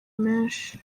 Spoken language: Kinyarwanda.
menshi